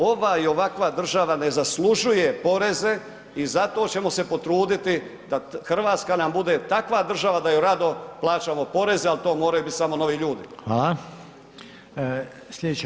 Ova i ovakva država ne zaslužuje poreze i zato ćemo se potruditi da Hrvatska nam bude takva država da joj rado plaćamo poreze, ali to moraju biti samo novi ljudi.